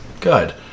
good